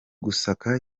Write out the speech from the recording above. gusaka